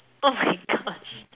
oh my gosh